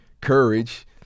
courage